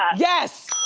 yes,